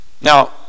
Now